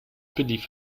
believe